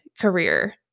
career